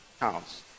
house